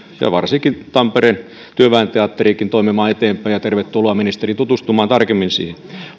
ja varsinkin tampereen työväen teatterikin toimimaan eteenpäin ja tervetuloa ministeri tutustumaan tarkemmin siihen